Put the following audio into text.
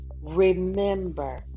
remember